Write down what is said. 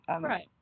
Right